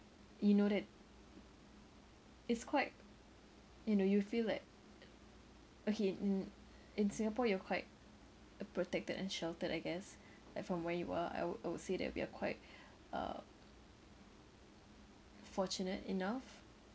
you know that it's quite you know you feel like okay n~ in Singapore you're quite protected and sheltered I guess like from where you are I would I would say that we are quite uh fortunate enough